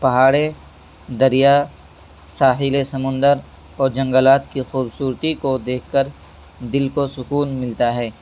پہاڑیں دریا ساحلِ سمندر اور جنگلات کی خوبصورتی کو دیکھ کر دل کو سکون ملتا ہے